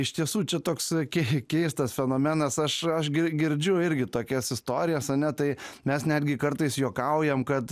iš tiesų čia toks kei keistas fenomenas aš aš gi girdžiu irgi tokias istorijas ane tai mes netgi kartais juokaujam kad